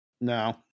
no